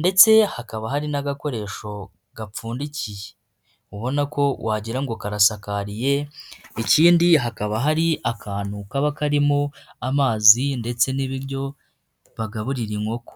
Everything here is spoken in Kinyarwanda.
ndetse hakaba hari n'agakoresho gapfundikiye ubona ko wagira ngo karasakariye, ikindi hakaba hari akantu kaba karimo amazi ndetse n'ibiryo bagaburira inkoko.